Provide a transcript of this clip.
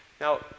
Now